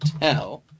tell